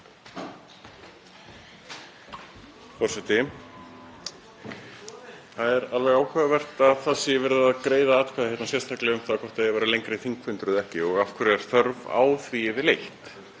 Það er alveg áhugavert að verið sé að greiða atkvæði sérstaklega um það hvort það eigi að vera lengri þingfundur eða ekki. Og af hverju er þörf á því yfirleitt?